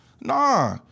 Nah